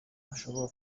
hashobora